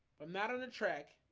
i'm not on a track.